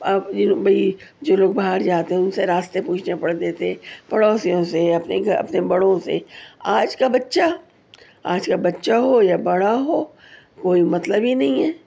اب یہ لوگ بھائی جو لوگ باہر جاتے ہیں ان سے راستے پوچھنے پڑتے تھے پڑوسیوں سے اپنے بڑوں سے آج کا بچہ آج کا بچہ ہو یا بڑا ہو کوئی مطلب ہی نہیں ہے